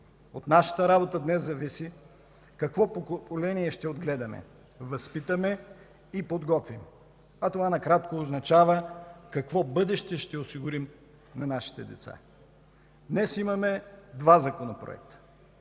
От нашата работа днес зависи какво поколение ще отгледаме, възпитаме и подготвим, а това накратко означава – какво бъдеще се осигурим на нашите деца. Днес имаме два законопроекта.